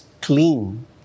clean